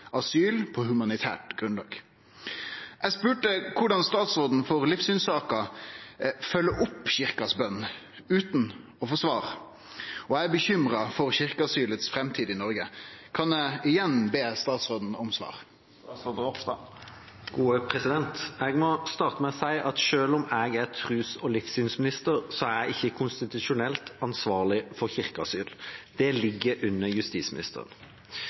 asyl på humanitært grunnlag. Jeg spurte hvordan statsråden for livssynssaker følger opp kirkas bønn, uten å få svar. Jeg er bekymret for kirkeasylets fremtid i Norge. Kan jeg igjen be statsråden om svar?» Jeg må starte med å si at selv om jeg er tros- og livssynsminister, er jeg ikke konstitusjonelt ansvarlig for kirkeasyl. Det ligger under justisministeren.